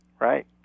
Right